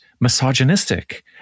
misogynistic